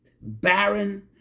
barren